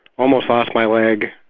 almost lost my leg.